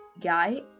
guy